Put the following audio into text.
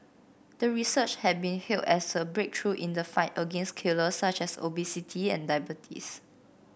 the research had been hailed as a breakthrough in the fight against killers such as obesity and diabetes